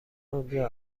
آنجا